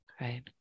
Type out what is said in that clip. right